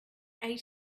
ate